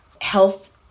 health